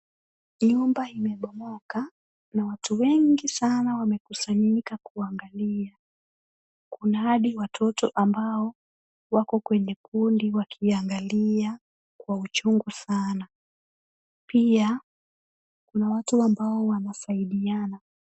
Nyumba imebomoka, watu wengi sana wamekusanyika kuangalia. Kuna hadi watoto wako kwenye kundi wakiangalia kwa uchungu sana. Pia kuna watu ambao wanasaidiana.